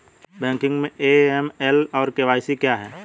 Banking में AML और KYC क्या हैं?